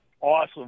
awesome